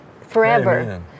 forever